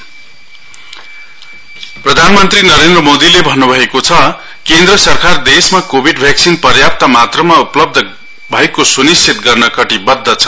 Covaxin PM प्रधानमन्त्री नरेन्द्र मोदीले भन्नु भएको छ केन्द्र सरकार देशमा कोविड भेक्सिन पर्याप्त मात्रामा उपलब्ध भएको सुनिश्चित गर्न कटिबद्ध छ